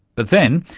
but then,